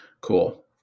Cool